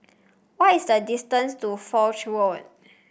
what is the distance to Foch Road